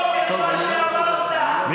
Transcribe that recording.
לבדוק את מה שאמרת, לא רק, טוב, אני לא יכול ככה.